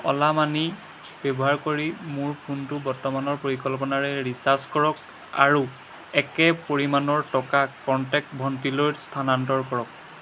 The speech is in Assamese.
অ'লা মানি ব্যৱহাৰ কৰি মোৰ ফোনটো বৰ্তমানৰ পৰিকল্পনাৰে ৰিচাৰ্জ কৰক আৰু একে পৰিমাণৰ টকা কণ্টেক্ট ভণ্টিলৈ স্থানান্তৰ কৰক